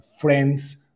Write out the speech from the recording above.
friends